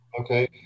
Okay